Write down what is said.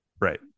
Right